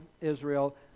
Israel